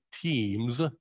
teams